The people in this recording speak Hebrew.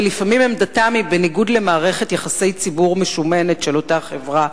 ולפעמים עמדתם היא בניגוד למערכת יחסי ציבור משומנת של אותה חברה.